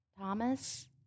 Thomas